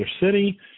city